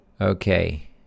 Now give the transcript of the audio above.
Okay